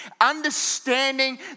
understanding